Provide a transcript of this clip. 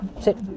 Sit